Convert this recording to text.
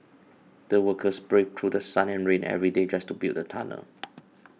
the workers braved through sun and rain every day just to build the tunnel